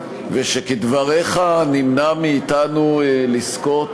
ושכדבריך נמנע מאתנו לזכות,